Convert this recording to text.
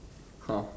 !huh!